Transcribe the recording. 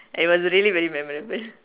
it was really very memorable